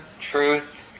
truth